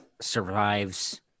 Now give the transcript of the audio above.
survives